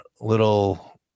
little